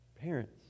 parents